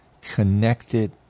connected